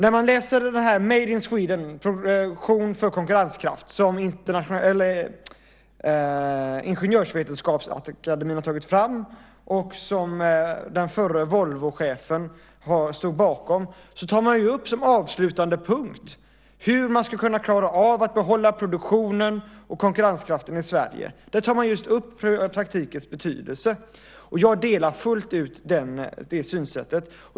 I rapporten Made in Sweden från Ingenjörsvetenskapsakademiens projekt Produktion för konkurrenskraft, som den förre Volvochefen stod bakom, handlar den avslutande punkten om hur man ska kunna behålla produktionen och konkurrenskraften i Sverige, och där tar man just upp praktikens betydelse. Jag delar fullt ut det synsättet.